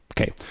Okay